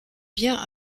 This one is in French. bien